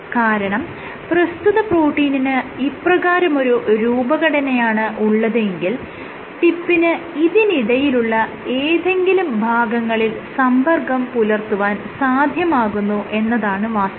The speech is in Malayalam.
കാരണം പ്രസ്തുത പ്രോട്ടീനിന് ഇപ്രകാരമൊരു രൂപഘടനയാണ് ഉള്ളതെങ്കിൽ ടിപ്പിന് ഇതിനിടയിലുള്ള ഏതെങ്കിലും ഭാഗങ്ങളിൽ സമ്പർക്കം പുലർത്തുവാൻ സാധ്യമാകുന്നു എന്നതാണ് വാസ്തവം